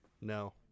No